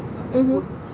mmhmm